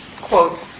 quotes